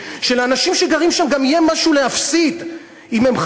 שלאנשים שגרים שם גם יהיה משהו להפסיד אם הם,